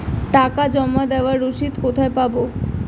টাকা জমা দেবার রসিদ কোথায় পাব?